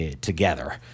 together